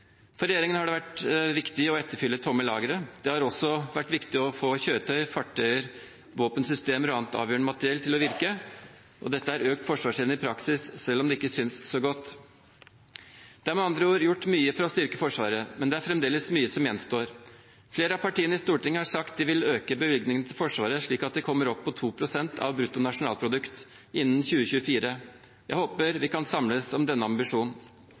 For regjeringen har det vært viktig å etterfylle tomme lagre. Det har også vært viktig å få kjøretøy, fartøyer, våpensystemer og annet avgjørende materiell til å virke, og dette er økt forsvarsevne i praksis, selv om det ikke synes så godt. Det er med andre ord gjort mye for å styrke Forsvaret, men det er fremdeles mye som gjenstår. Flere av partiene i Stortinget har sagt de vil øke bevilgningene til Forsvaret slik at det kommer opp på 2 pst. av bruttonasjonalprodukt innen 2024. Jeg håper vi kan samles om denne ambisjonen.